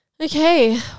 Okay